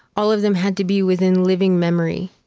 all of them had to be within living memory.